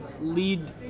lead